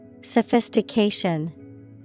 Sophistication